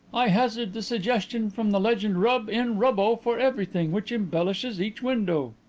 i hazard the suggestion from the legend rub in rubbo for everything which embellishes each window.